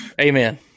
Amen